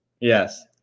Yes